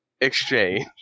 exchange